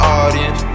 audience